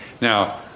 now